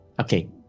okay